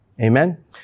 Amen